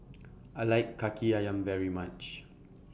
I like Kaki Ayam very much